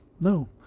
No